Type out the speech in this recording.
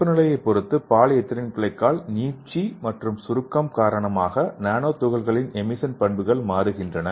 வெப்பநிலையைப் பொறுத்து பாலிஎதிலீன் கிளைகோலின் நீட்சி மற்றும் சுருக்கம் காரணமாக நானோ துகள்களின் எமிசன் பண்புகள் மாறுகின்றன